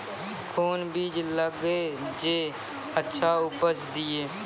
कोंन बीज लगैय जे अच्छा उपज दिये?